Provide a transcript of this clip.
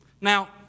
Now